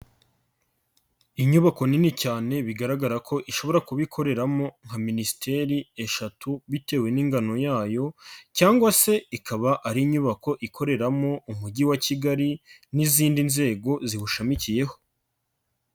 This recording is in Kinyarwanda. Inyubako nini cyane bigaragara ko ishobora kubikoreramo nka minisiteri eshatu bitewe n'ingano yayo cyangwa se ikaba ari inyubako ikoreramo umujyi wa Kigali n'izindi nzego ziwushamikiyeho.